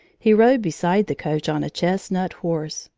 he rode beside the coach on a chestnut horse,